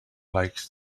like